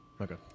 Okay